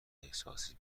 احساسی